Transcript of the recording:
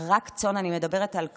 רק צאן, אני מדברת על כבשים,